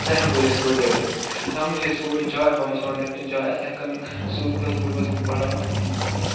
سُہ ہٮ۪کو أسۍ لَگٲیِتھ تَتھ منٛز چھِ أسۍ صُبحٲے چاے واے چٮ۪وان لٮ۪پٹَن چاے یِتھَے کٔن سُہ تٔسبیٖح ؤسبیٖح پَران تہٕ